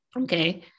Okay